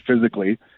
physically